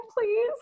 please